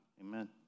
Amen